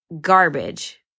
garbage